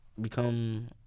Become